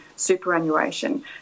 superannuation